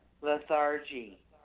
Lethargy